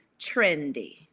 trendy